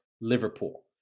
Liverpool